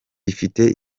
gifite